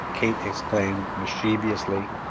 kate exclaimed, mischievously,